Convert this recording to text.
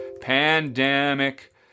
Pandemic